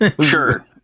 Sure